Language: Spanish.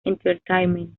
entertainment